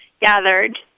Gathered